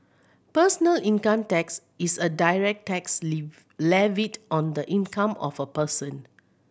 personal income tax is a direct tax levied on the income of a person